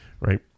Right